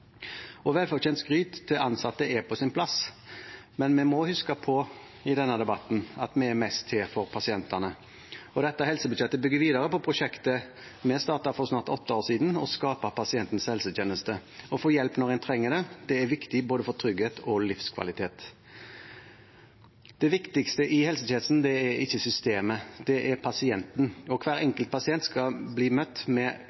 skryt til ansatte er på sin plass, men vi må i denne debatten huske på at vi er mest til for pasientene. Dette helsebudsjettet bygger videre på prosjektet vi startet for snart åtte år siden, å skape pasientens helsetjeneste – å få hjelp når en trenger det, er viktig for både trygghet og livskvalitet. Det viktigste i helsetjenesten er ikke systemet, det er pasienten. Hver enkelt pasient skal bli møtt med